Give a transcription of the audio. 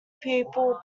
people